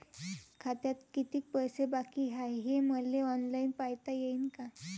खात्यात कितीक पैसे बाकी हाय हे मले ऑनलाईन पायता येईन का?